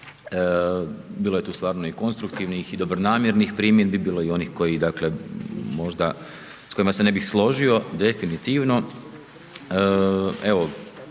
Bilo je tu stvarno i konstruktivnih i dobronamjernih primjedbi, bilo je i onih koji dakle možda s kojima se ne bi složio definitivno.